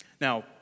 Now